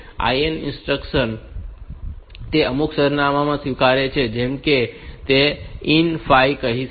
IN instruction તે અમુક સરનામામાં સ્વીકારે છે જેમ કે તમે તે IN 5 કહી શકો